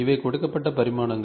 இவை கொடுக்கப்பட்ட பரிமாணங்கள்